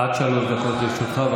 עד שלוש דקות לרשותך.